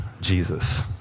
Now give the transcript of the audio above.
Jesus